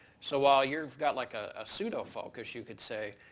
so while you've got like ah a pseudo-focus, you could say,